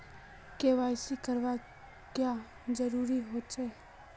KYC करना क्याँ जरुरी होचे?